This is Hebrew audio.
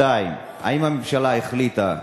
האם הממשלה החליטה?